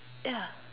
ya